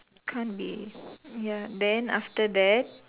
can't be ya then after that